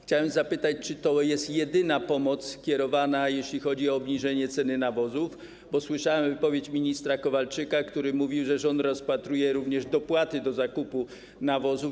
Chciałem zapytać, czy to jest jedyna pomoc kierowana, jeśli chodzi o obniżenie ceny nawozów, bo słyszałem wypowiedź ministra Kowalczyka, który mówił, że rząd rozpatruje również dopłaty do zakupu nawozów.